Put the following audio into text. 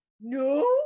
no